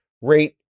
rate